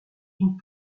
une